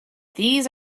these